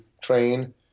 train